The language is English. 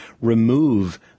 remove